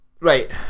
Right